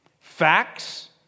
Facts